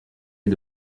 est